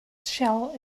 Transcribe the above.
shell